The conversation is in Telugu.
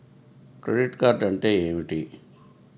క్రెడిట్ కార్డ్ అంటే ఏమిటి?